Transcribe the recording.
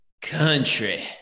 Country